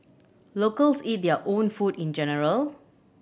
locals eat their own food in general